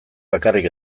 bakarrik